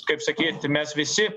kaip sakyt mes visi